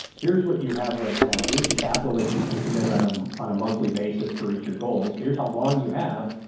here's what you have right now. here's the capital that you can commit on a, um on a monthly basis to reach your goals. here's how long you have,